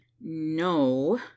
No